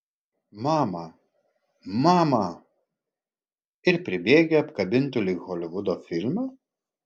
mama mama ir pribėgę apkabintų lyg holivudo filme